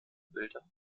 bilder